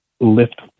lift